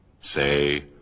say